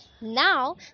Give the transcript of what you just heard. Now